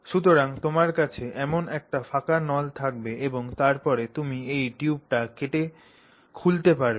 সুতরাং তোমার কাছে এমন একটি ফাঁকা নল থাকবে এবং তারপরে তুমি এই টিউবটি কেটে খুলতে পারবে